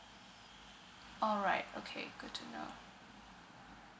alright okay good to know